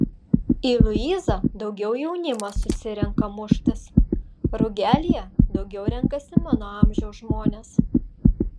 į luizą daugiau jaunimas susirenka muštis rugelyje daugiau renkasi mano amžiaus žmonės